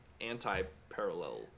anti-parallel